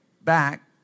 back